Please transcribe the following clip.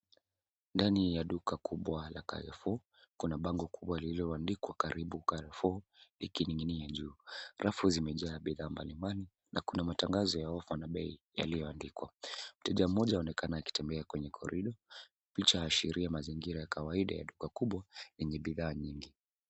Ndani ya duka kubwa la Carrefour kuna bango kubwa lililoandikwa Karibu Carrefour likining'inia juu. Rafu zimejaa bidhaa mbalimbali na kuna matangazo ya ofa na bei yaliyoandikwa. Kijana mmoja anaonekana akitembea kwenye korido. Picha yaashiria mazingira ya kawaida ya duka kubwa yenye bidhaa nyingi.